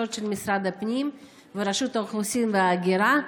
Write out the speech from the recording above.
של משרד הפנים ורשות האוכלוסין וההגירה,